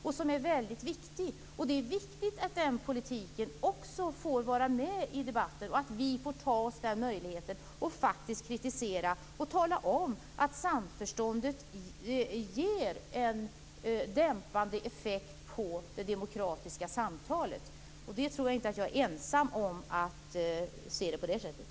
Det är också viktigt att den politiken får vara med i debatten och att vi får en möjlighet att föra fram kritik och tala om att samförståndet ger en dämpande effekt på det demokratiska samtalet. Jag tror inte att jag är ensam om att se saken på det sättet.